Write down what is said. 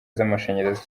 z’amashanyarazi